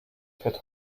fährt